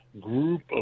group